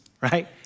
right